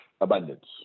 abundance